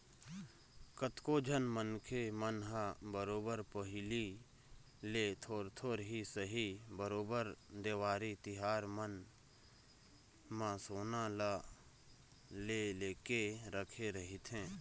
कतको झन मनखे मन ह बरोबर पहिली ले थोर थोर ही सही बरोबर देवारी तिहार मन म सोना ल ले लेके रखे रहिथे